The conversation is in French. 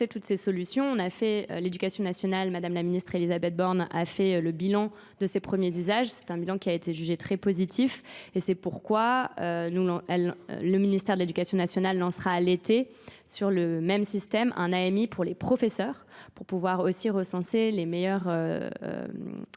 toutes ces solutions, on a fait l'éducation nationale, madame la ministre Elisabeth Borne a fait le bilan de ses premiers usages, c'est un bilan qui a été jugé très positif et c'est pourquoi le ministère de l'éducation nationale lancera à l'été sur le même système un AMI pour les professeurs, pour pouvoir aussi recenser les meilleures solutions